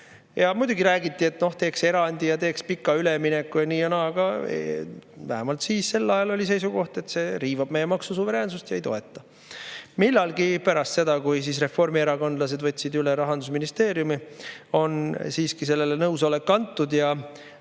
Muidugi räägiti, et teeks erandi ja teeks pika ülemineku[aja], nii ja naa, aga vähemalt sel ajal oli seisukoht, et see riivab meie maksusuveräänsust ja me seda ei toeta. Millalgi pärast seda, kui reformierakondlased võtsid üle Rahandusministeeriumi, on siiski sellele nõusolek antud ja